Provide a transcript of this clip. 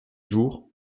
jours